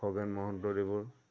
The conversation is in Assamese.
খগেন মহন্তদেৱৰ